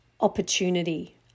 opportunity